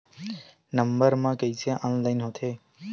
Number मा कइसे online होथे?